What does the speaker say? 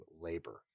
labor